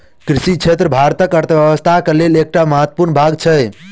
कृषि क्षेत्र भारतक अर्थव्यवस्थाक लेल एकटा महत्वपूर्ण भाग छै